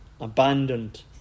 abandoned